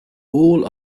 all